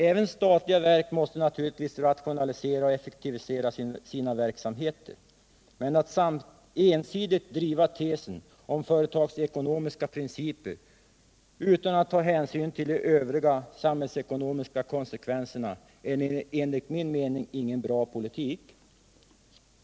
Även statliga verk måste naturligtvis rationalisera och effektivisera sina verksamheter, men att ensidigt driva tesen om företagsekonomiska principer utan att ta hänsyn till övriga samhällsekonomiska konsekvenser är enligt min mening ingen bra politik.